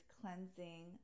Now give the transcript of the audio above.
cleansing